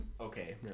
Okay